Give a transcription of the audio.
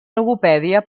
logopèdia